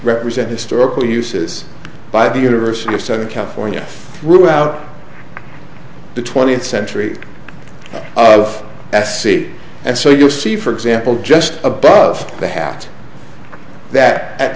represent historical uses by the university of southern california throughout the twentieth century of s c and so you see for example just above the hat that at